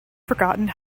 forgotten